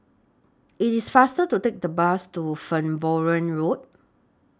IT IS faster to Take The Bus to Farnborough Road